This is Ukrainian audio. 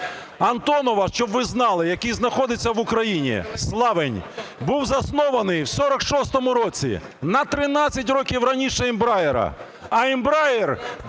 "Антонов", щоб ви знали, який знаходиться в Україні, славень, був заснований в 46-му році, на 13 років раніше "Ембраєра".